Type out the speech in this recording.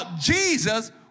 Jesus